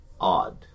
odd